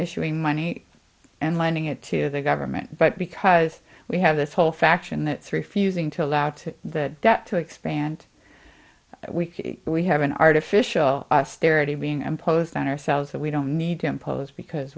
issuing money and lending it to the government but because we have this whole faction that three fusing to allow to the debt to expand we could we have an artificial us there to being imposed on ourselves that we don't need to impose because